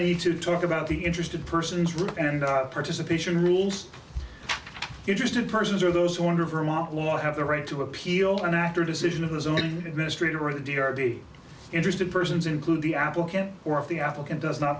you to talk about the interested persons route and participation rules interested persons or those who are under vermont law have the right to appeal an after decision of his own administrator of the d or be interested persons include the applicant or if the applicant does not